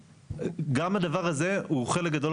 וגם הדבר הזה הוא חלק גדול